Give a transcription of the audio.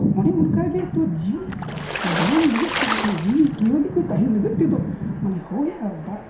ᱟᱫᱚ ᱚᱱᱮ ᱚᱱᱠᱟ ᱜᱮᱛᱚ ᱡᱤᱣᱤ ᱡᱟᱱᱟᱢ ᱞᱟᱹᱜᱤᱫ ᱛᱮ ᱵᱟᱠᱷᱟᱱ ᱡᱤᱣᱤ ᱡᱤᱭᱟᱹᱞᱤ ᱠᱚ ᱛᱟᱦᱮᱱ ᱞᱟᱹᱜᱤᱫ ᱛᱮᱫᱚ ᱢᱟᱱᱮ ᱦᱚᱭ ᱟᱨ ᱫᱟᱜ